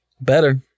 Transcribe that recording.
Better